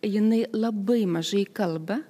jinai labai mažai kalba